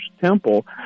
temple